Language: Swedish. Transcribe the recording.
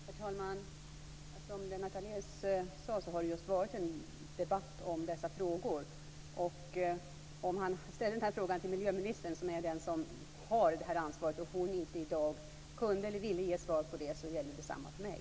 Herr talman! Som Lennart Daléus sade har vi just debatterat dessa frågor. Om miljöministern, som är den som har ansvar för detta, i dag inte kunde eller ville svara på den frågan, så gäller detsamma för mig.